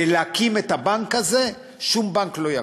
להקים את הבנק הזה, שום בנק לא יקום.